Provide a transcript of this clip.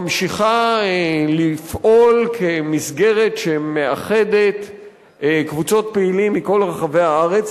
ממשיכה לפעול כמסגרת שמאחדת קבוצות פעילים מכל רחבי הארץ,